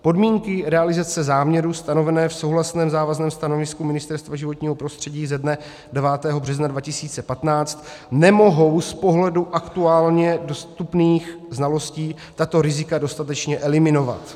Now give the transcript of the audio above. Podmínky realizace záměru stanové v souhlasném závazném stanovisku Ministerstva životního prostředí ze dne 9. března 2015 nemohou z pohledu aktuálně dostupných znalostí tato rizika dostatečně eliminovat.